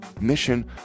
mission